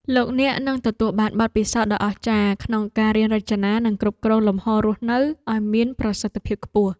លោកអ្នកនឹងទទួលបានបទពិសោធន៍ដ៏អស្ចារ្យក្នុងការរៀនរចនានិងគ្រប់គ្រងលំហររស់នៅឱ្យមានប្រសិទ្ធភាពខ្ពស់។